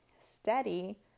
steady